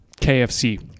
kfc